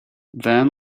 then